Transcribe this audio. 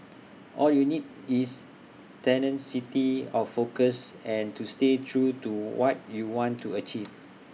all you need is tenacity of focus and to stay true to what you want to achieve